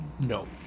no